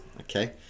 okay